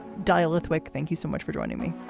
dilithium, thank you so much for joining me.